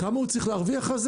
כמה הוא צריך להרוויח בגינם?